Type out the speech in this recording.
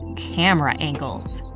camera angles!